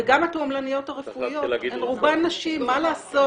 וגם התועמלניות הרפואיות, רובן נשים, מה לעשות?